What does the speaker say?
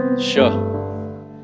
Sure